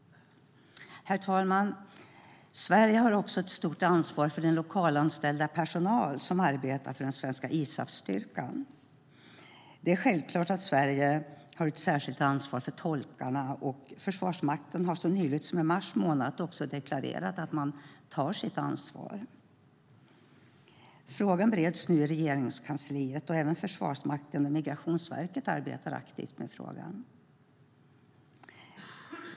Herr talman! Sverige har också ett stort ansvar för den lokalanställda personal som arbetar för den svenska ISAF-styrkan. Det är självklart att Sverige har ett särskilt ansvar för tolkarna, och Försvarsmakten har så nyligt som i mars månad också deklarerat att man tar sitt ansvar. Frågan bereds nu i Regeringskansliet, och även Försvarsmakten och Migrationsverket arbetar aktivt med frågan.